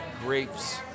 grapes